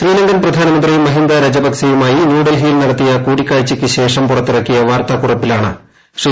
ശ്രീലങ്കൻ പ്രധാനമന്ത്രി മഹീന്ദ രജപക്സെയുമായി ന്യൂഡൽഹിയിൽ നടത്തിയ കൂടിക്കാഴ്ചയ്ക്ക് ശേഷം പുറത്തിറക്കിയ വാർത്താക്കുറിപ്പിലാണ് ശ്രീ